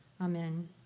Amen